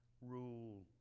rule